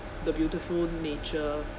the beautiful nature